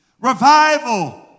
Revival